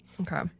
Okay